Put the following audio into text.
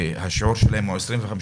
ששיעורם הוא 20%,